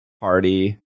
party